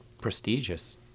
prestigious